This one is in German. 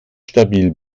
stabil